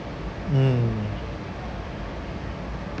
mm